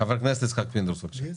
חבר הכנסת יצחק פינדרוס, בקשה.